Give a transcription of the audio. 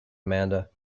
amanda